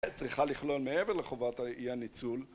צריכה לכלול, מעבר לחובת האי הניצול